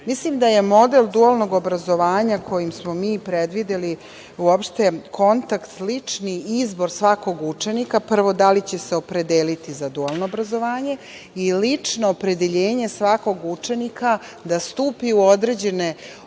Mislim da je model dualnog obrazovanja, kojim smo mi predvideli, kontakt, uopšte lični izbor svakog učenika, prvo, da li će se opredeliti za dualno obrazovanje, i lično opredeljenje svakog učenika da stupi u određene odnose